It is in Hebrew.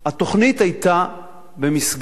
התוכנית היתה במסגרת